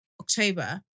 October